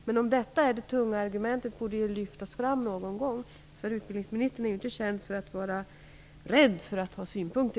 Men om detta är det tunga argumentet borde det lyftas fram någon gång. Utbildningsministern är ju i varje fall inte känd för att vara rädd för att ha synpunkter.